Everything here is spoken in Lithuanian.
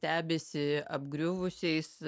stebisi apgriuvusiais